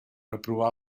aprovar